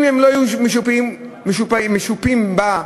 אם הם לא יהיו משופים בה,